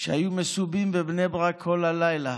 שהיו מסובין בבני ברק כל הלילה,